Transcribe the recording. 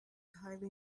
highly